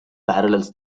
parallels